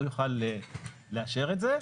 הוא יוכל לאשר את זה,